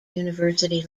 university